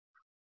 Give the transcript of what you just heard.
professor